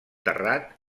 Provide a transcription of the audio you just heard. terrat